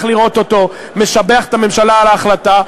לראות אותו משבח את הממשלה על ההחלטה,